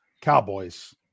Cowboys